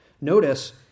Notice